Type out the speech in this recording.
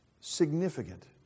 significant